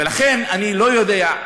ולכן אני, לא יודע.